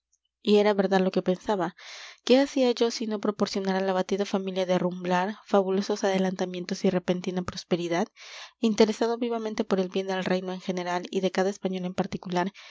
y era verdad lo que pensaba qué hacía yo sino proporcionar a la abatida familia de rumblar fabulosos adelantamientos y repentina prosperidad interesado vivamente por el bien del reino en general y de cada español en particular